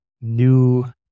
new